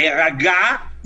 להירגע,